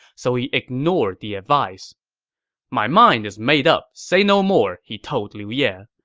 so he ignored the advice my mind is made up say no more, he told liu ye.